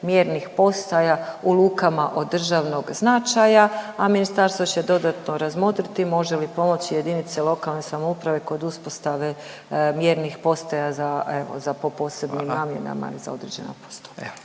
mjernih postaja u lukama od državnog značaja, a ministarstvo će dodatno razmotriti može li pomoći jedinice lokalne samouprave kod uspostave mjernih postaja za, evo za po posebnim namjenama … …/Upadica